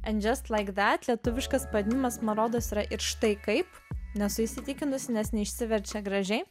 lietuviškas pavadinimas man rodos yra ir štai kaip nesu įsitikinusi nes neišsiverčia gražiai